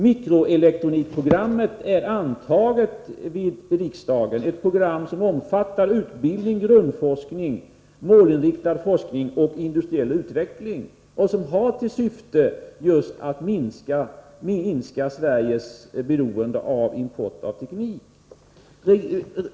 Mikroelektronikprogrammet är antaget av riksdagen, ett program som omfattar utbildning, grundforskning, målinriktad forskning och industriell utveckling och som har till syfte att just minska Sveriges beroende av import av teknik.